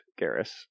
Garrus